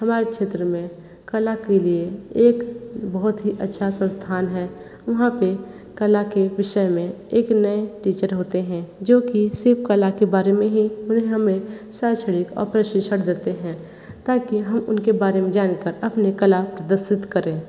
हमारे क्षेत्र में कला के लिए एक बहुत ही अच्छा संस्थान है वहाँ पर कला के विषय में एक नए टीचर होते हैं जो कि सिर्फ कला के बारे में ही उन्हें हमें शैक्षणिक और प्रशिक्षण देते हैं ताकि हम उनके बारे में जान कर अपनी कला प्रदर्शित करें